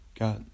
got